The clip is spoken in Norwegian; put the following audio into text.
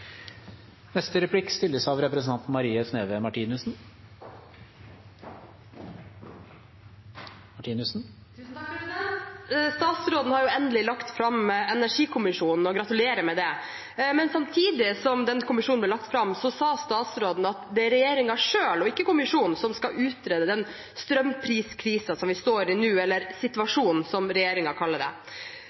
Statsråden har endelig lagt fram energikommisjonen, og gratulerer med det. Men samtidig som den kommisjonen ble lagt fram, sa statsråden at det er regjeringen selv, ikke kommisjonen, som skal utrede den strømpriskrisen som vi står i nå – eller «situasjonen», som regjeringen kaller det.